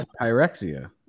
pyrexia